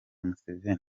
museveni